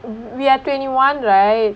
we are twenty one right